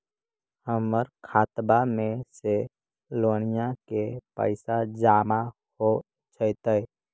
हमर खातबा में से लोनिया के पैसा जामा हो जैतय?